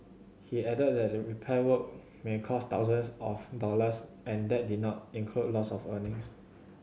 he added that repair work may cost thousands of dollars and that did not include loss of earnings